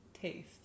taste